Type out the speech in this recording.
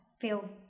feel